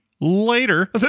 later